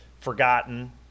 forgotten